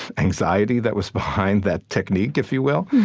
anxiety that was behind that technique, if you will.